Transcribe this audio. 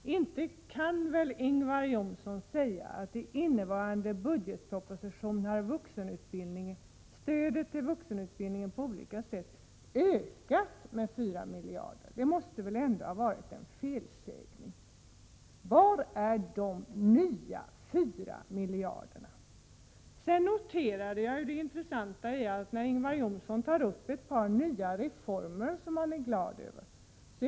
Inte kan väl Ingvar Johnsson påstå att i innevarande budgetproposition har stödet till vuxenutbildningen ökat med 4 miljarder kronor? Det måste väl ändå ha varit en felsägning? Var är de 4 nya miljarderna? Vidare noterar jag ett intressant faktum när Ingvar Johnsson tar upp ett par nya reformer som han är glad över. Bl.